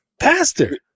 pastor